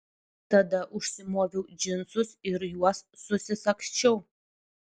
tada užsimoviau džinsus ir juos susisagsčiau